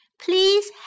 please